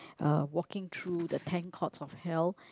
uh walking through the ten courts of hell